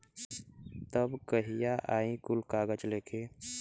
तब कहिया आई कुल कागज़ लेके?